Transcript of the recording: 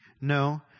No